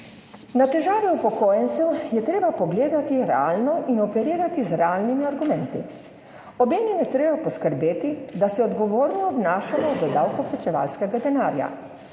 Na težave upokojencev je treba pogledati realno in operirati z realnimi argumenti. Obenem je treba poskrbeti, da se odgovorno obnašamo do davkoplačevalskega denarja.